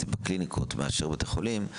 זה בקליניקות מאשר בבתי חולים,